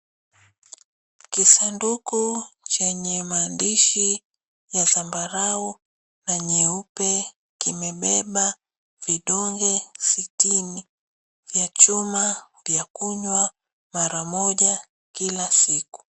Kisanduku chenye maandishi ya zambarau na nyeupe kimebeba vidonge sitini vya chuma vya kunywa mara moja kila siku.